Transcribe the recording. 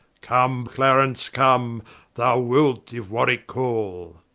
come clarence, come thou wilt, if warwicke call